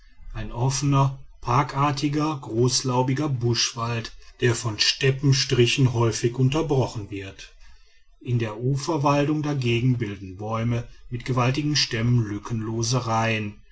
ein offener parkartiger großlaubiger buschwald der von steppenstrichen häufig unterbrochen wird in den uferwäldern dagegen bilden bäume mit gewaltigen stämmen lückenlose reihen